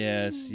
Yes